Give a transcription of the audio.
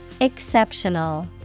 Exceptional